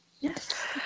yes